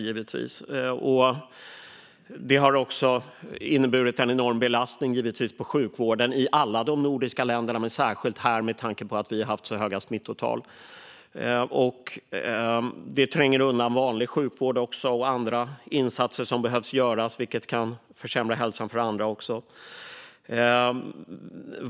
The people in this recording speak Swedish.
Detta har inneburit en enorm belastning på sjukvården i alla de nordiska länderna, men särskilt här, med tanke på att vi har haft så höga smittal. Det tränger också undan vanlig sjukvård och andra insatser som behöver göras, vilket kan försämra hälsan för andra.